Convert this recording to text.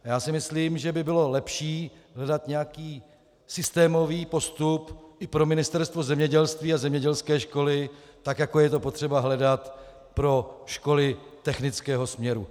Já si myslím, že by bylo lepší hledat nějaký systémový postup i pro Ministerstvo zemědělství a zemědělské školy, tak jako je to potřeba hledat pro školy technického směru.